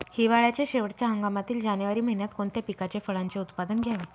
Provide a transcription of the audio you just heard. हिवाळ्याच्या शेवटच्या हंगामातील जानेवारी महिन्यात कोणत्या पिकाचे, फळांचे उत्पादन घ्यावे?